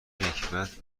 نکبت